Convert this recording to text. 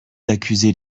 d’accuser